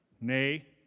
Nay